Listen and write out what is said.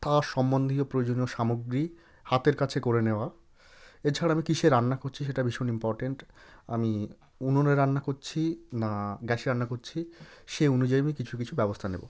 তা সম্বন্ধীয় প্রয়োজনীয় সামগ্রী হাতের কাছে করে নেওয়া এছাড়া আমি কীসে রান্না করছি সেটা ভীষণ ইম্পর্টেন্ট আমি উনুনে রান্না করছি না গ্যাসে রান্না করছি সে অনুযায়ী আমি কিছু কিছু ব্যবস্থা নেব